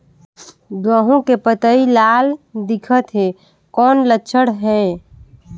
गहूं के पतई लाल दिखत हे कौन लक्षण हे?